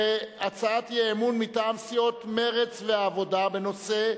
להצעת האי-אמון מטעם סיעות מרצ והעבודה בנושא: